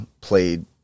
played